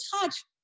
touch